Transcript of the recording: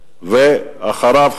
ואחריו,